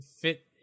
fit